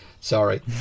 Sorry